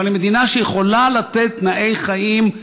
אבל היא מדינה שיכולה לתת תנאי חיים,